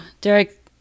Derek